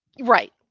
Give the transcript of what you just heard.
Right